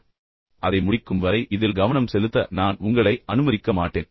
நீங்கள் திரும்பிச் சென்று அதை முடிக்கும் வரை இதில் கவனம் செலுத்த நான் உங்களை அனுமதிக்க மாட்டேன்